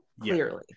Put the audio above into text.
clearly